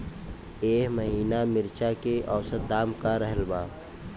एह महीना मिर्चा के औसत दाम का रहल बा?